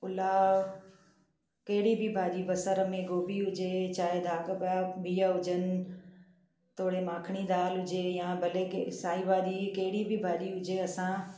पुलाउ कहिड़ी बि भाॼी बसरि में गोभी हुजे चाहे धाग पिया बीह हुजनि तोड़े माखणी दालि हुजे या भले कंहिं साई भाॼी कहिड़ी बि भाॼी हुजे असां